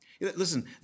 Listen